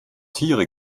tiere